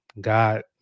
God